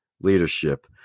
leadership